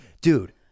Dude